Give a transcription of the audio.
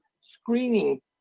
screening